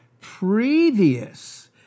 previous